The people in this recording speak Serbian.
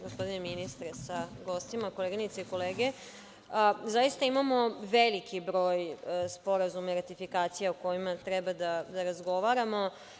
Gospodine ministre sa gostima, koleginice i kolege, zaista imamo veliki broj sporazuma i ratifikacija o kojima treba da razgovaramo.